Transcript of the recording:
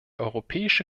europäische